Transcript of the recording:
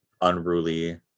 unruly